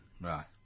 Right